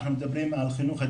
אנחנו מדברים על חינוך,